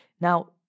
Now